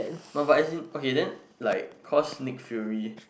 no but as in okay then like cause Nick fury